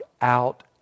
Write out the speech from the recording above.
out